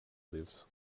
lives